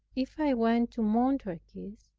if i went to montargis,